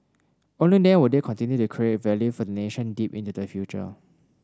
only then will they continue to create value for the nation deep into the future